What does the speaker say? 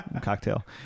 cocktail